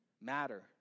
matter